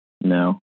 no